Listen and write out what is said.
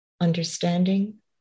understanding